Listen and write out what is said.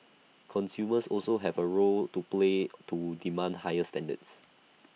consumers also have A role to play to demand higher standards